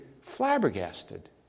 flabbergasted